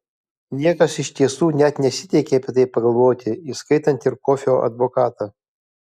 niekas iš tiesų net nesiteikė apie tai pagalvoti įskaitant ir kofio advokatą